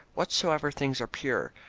whatsoever things are pure,